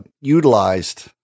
utilized